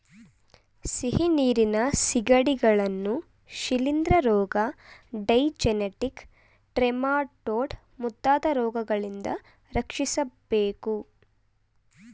ಸಿಹಿನೀರಿನ ಸಿಗಡಿಗಳನ್ನು ಶಿಲಿಂದ್ರ ರೋಗ, ಡೈಜೆನೆಟಿಕ್ ಟ್ರೆಮಾಟೊಡ್ ಮುಂತಾದ ರೋಗಗಳಿಂದ ರಕ್ಷಿಸಬೇಕು